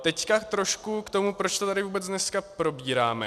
Teď trošku k tomu, proč to tady vůbec dneska probíráme.